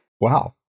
Wow